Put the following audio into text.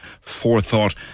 forethought